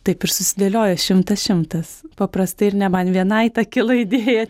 taip ir susidėliojo šimtas šimtas paprastai ir ne man vienai ta kilo idėja